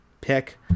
pick